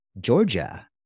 Georgia